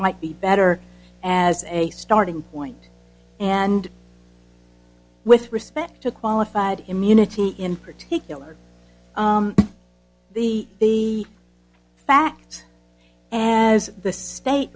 might be better as a starting point and with respect to qualified immunity in particular the facts and as the state